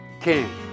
king